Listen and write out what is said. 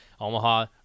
Omaha